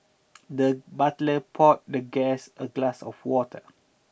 the butler poured the guest a glass of water